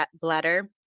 bladder